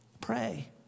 pray